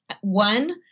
one